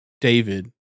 David